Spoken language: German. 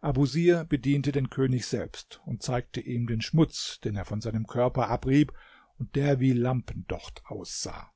abusir bediente den könig selbst und zeigte ihm den schmutz den er von seinem körper abrieb und der wie lampendocht aussah